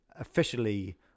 officially